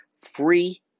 free